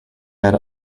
had